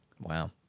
Wow